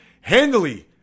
handily